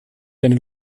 deine